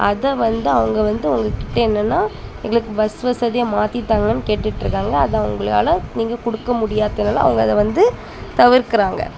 அதை வந்து அவங்க வந்து உங்கக்கிட்ட என்னென்னா எங்களுக்கு பஸ் வசதியை மாற்றி தாங்கன்னு கேட்டுகிட்டு இருக்காங்கள் அதை உங்களால் நீங்கள் கொடுக்க முடியாதனால் அவங்க அதை வந்து தவிர்க்கிறாங்க